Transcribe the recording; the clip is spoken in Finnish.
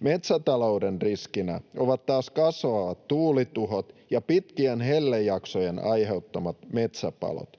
Metsätalouden riskinä ovat taas kasvavat tuulituhot ja pitkien hellejaksojen aiheuttamat metsäpalot.